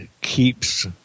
keeps